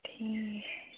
ٹھیٖک